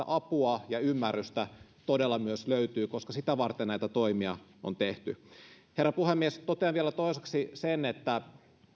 apua ja ymmärrystä todella myös löytyy koska sitä varten näitä toimia on tehty herra puhemies totean vielä toiseksi sen että